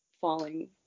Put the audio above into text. falling